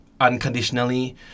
unconditionally